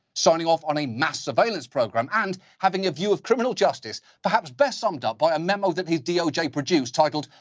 signing off on a mass-surveillance program, and having a view of criminal justice, perhaps best summed up by a memo that the doj produced, titled,